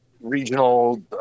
regional